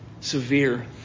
severe